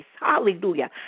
hallelujah